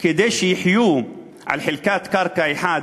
כדי שיחיו על חלקת קרקע אחת